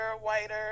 whiter